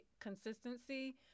consistency